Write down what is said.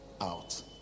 out